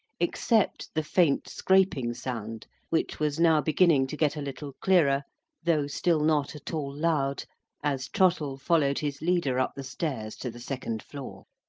except the faint scraping sound, which was now beginning to get a little clearer though still not at all loud as trottle followed his leader up the stairs to the second floor.